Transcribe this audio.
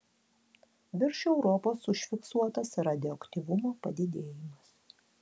virš europos užfiksuotas radioaktyvumo padidėjimas